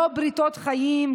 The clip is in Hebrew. לא בריתות חיים,